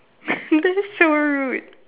that is so rude